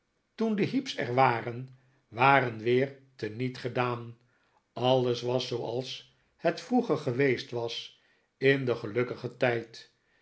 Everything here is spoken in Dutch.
toen de heep's er waren waren weer te niet gedaan alles was zooals het vroeger geweest was in den gelukkigen tijd